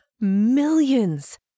millions